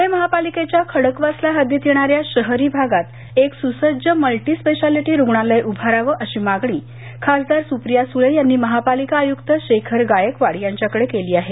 पुणे महापालिकेच्या खडकवासला हद्दीत येणाऱ्या शहरी भागात एक सुसज्ज मल्टीस्पेशालिटी रुग्णालय उभारावं अशी मागणी खासदार सुप्रिया सुळे यांनी महापालिका आयुक्त शेखर गायकवाड यांच्याकडे केली आहे